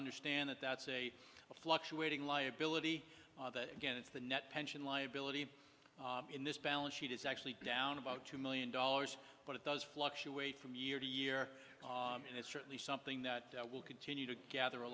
understand that that's a fluctuating liability that again it's the net pension liability in this balance sheet is actually down about two million dollars but it does fluctuate from year to year and it's certainly something that will continue to gather a